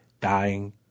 dying